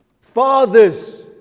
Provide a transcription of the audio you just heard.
Fathers